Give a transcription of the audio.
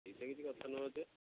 ସେଇଟା କିଛି କଥା ନୁହଁ ଯେ